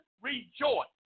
rejoice